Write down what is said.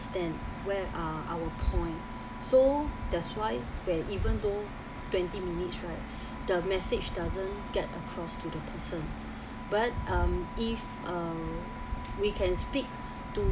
understand where are our point so that's why where even though twenty minutes right the message doesn't get across to the person but um if uh we can speak to